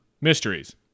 Mysteries